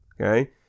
Okay